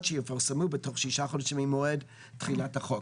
שיתפרסמו בתוך שישה חודשים ממועד תחילת החוק.